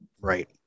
Right